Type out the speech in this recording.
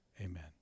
amen